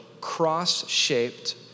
cross-shaped